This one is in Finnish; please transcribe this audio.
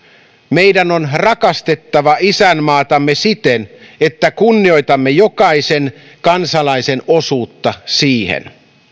meidän on rakastettava isänmaatamme siten että kunnioitamme jokaisen kansalaisen osuutta siihen